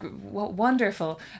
wonderful